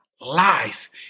life